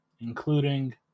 including